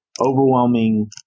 overwhelming